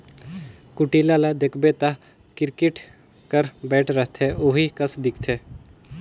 कुटेला ल देखबे ता किरकेट कर बैट रहथे ओही कस दिखथे